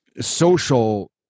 social